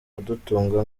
kudutunga